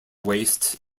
waste